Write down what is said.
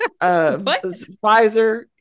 Pfizer